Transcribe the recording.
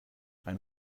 eine